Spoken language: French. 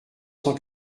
cent